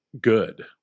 good